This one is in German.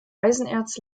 eisenerz